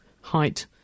height